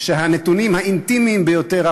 שהנתונים האינטימיים ביותר,